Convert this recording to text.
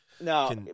No